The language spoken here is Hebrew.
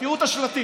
תראו את השלטים.